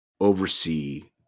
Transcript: oversee